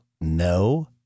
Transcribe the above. No